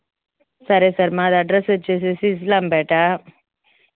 సరే సార్ మా అడ్రస్ వచ్చి ఇస్లాంపేట